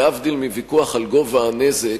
להבדיל מוויכוח על גובה הנזק,